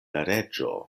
reĝo